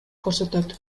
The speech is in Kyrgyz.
көрсөтөт